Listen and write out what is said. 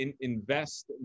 invest